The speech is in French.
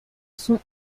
son